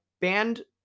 banned